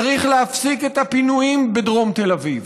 צריך להפסיק את הפינויים בדרום תל אביב.